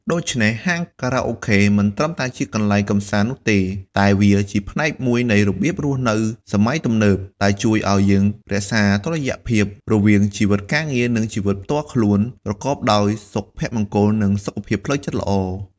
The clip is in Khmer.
ដូច្នេះ ហាងខារ៉ាអូខេមិនត្រឹមតែជាកន្លែងកម្សាន្តនោះទេ តែវាជាផ្នែកមួយនៃរបៀបរស់នៅសម័យទំនើប ដែលជួយឲ្យយើងរក្សាតុល្យភាពរវាងជីវិតការងារ និងជីវិតផ្ទាល់ខ្លួនប្រកបដោយសុភមង្គល និងសុខភាពផ្លូវចិត្តល្អ។